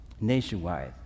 nationwide